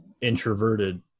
introverted